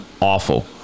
awful